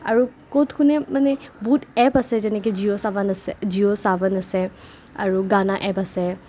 আৰু ক'ত শুনে মানে বহুত এপ আছে যেনেকে জিঅ' সাৱন আছে জিঅ' সাৱন আছে আৰু গানা এপ আছে